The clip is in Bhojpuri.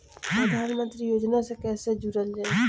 प्रधानमंत्री योजना से कैसे जुड़ल जाइ?